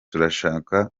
turashaka